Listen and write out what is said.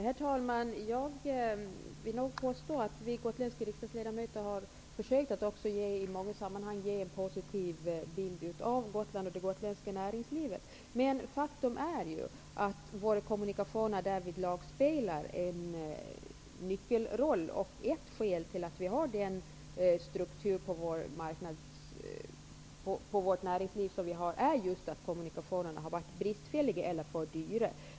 Herr talman! Jag vill påstå att vi gotländska riksdagsledamöter i många sammanhang har försökt att ge en positiv bild av Gotland och det gotländska näringslivet. Men faktum är ju att kommunikationerna därvidlag spelar en nyckelroll. Ett skäl till den nuvarande strukturen på det gotländska näringslivet är just att kommunikationerna har varit för bristfälliga eller för dyra.